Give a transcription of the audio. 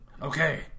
Okay